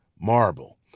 Marble